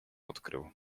odkrył